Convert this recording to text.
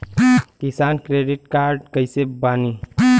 किसान credit card कइसे बानी?